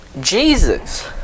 Jesus